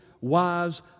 wise